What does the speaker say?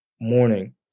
morning